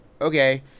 Okay